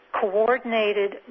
coordinated